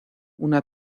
una